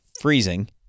freezing